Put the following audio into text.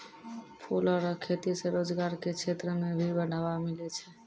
फूलो रो खेती से रोजगार के क्षेत्र मे भी बढ़ावा मिलै छै